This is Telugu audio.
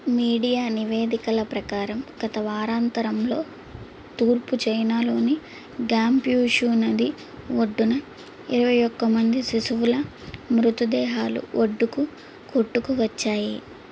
మీడియా నివేదికల ప్రకారం గత వారాంతంలో తూర్పు చైనాలోని గ్వాంగ్ఫు నది ఒడ్డున ఇరవై ఒక్క మంది శిశువుల మృతదేహాలు ఒడ్డుకు కొట్టుకు వచ్చాయి